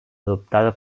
adoptada